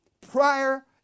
prior